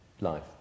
life